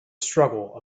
struggle